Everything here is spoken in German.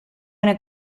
eine